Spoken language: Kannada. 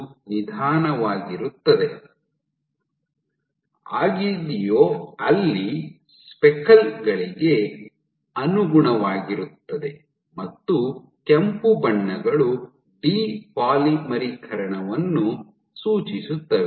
ಇದು ಮಾತ್ರವಲ್ಲದೆ ಎರಡು ವಲಯಗಳು ಇದ್ದು ಸ್ಪೆಕಲ್ ಗಳು ವೇಗವಾಗಿ ಚಲಿಸುವ ಮೊದಲ ವಲಯದ ಮತ್ತು ನೀವು ಎರಡು ಸ್ಪೆಕಲ್ ಗುಂಪುಗಳನ್ನು ಹೊಂದಿದ್ದೀರಿ ಹಸಿರು ಬಣ್ಣವು ಪಾಲಿಮರೀಕರಣ ಆಗಿದಿಯೋ ಅಲ್ಲಿ ಸ್ಪೆಕಲ್ ಗಳಿಗೆ ಅನುಗುಣವಾಗಿರುತ್ತದೆ ಮತ್ತು ಕೆಂಪು ಬಣ್ಣಗಳು ಡಿ ಪಾಲಿಮರೀಕರಣವನ್ನು ಸೂಚಿಸುತ್ತವೆ